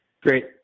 Great